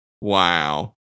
wow